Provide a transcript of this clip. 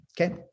Okay